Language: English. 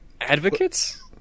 Advocates